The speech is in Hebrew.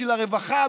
בשביל הרווחה,